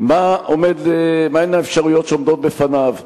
מהן האפשרויות שעומדות בפניו,